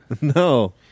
No